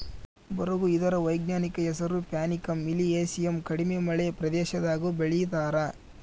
ಬರುಗು ಇದರ ವೈಜ್ಞಾನಿಕ ಹೆಸರು ಪ್ಯಾನಿಕಮ್ ಮಿಲಿಯೇಸಿಯಮ್ ಕಡಿಮೆ ಮಳೆ ಪ್ರದೇಶದಾಗೂ ಬೆಳೀತಾರ